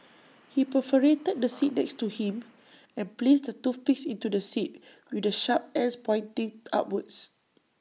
he perforated the seat next to him and placed the toothpicks into the seat with the sharp ends pointing upwards